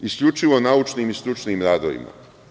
Isključivo naučnim i stručnim radovima.